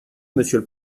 monsieur